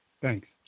Thanks